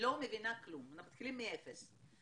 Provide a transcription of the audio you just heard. אנחנו מתחילים מאפס.